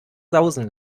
sausen